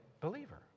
believer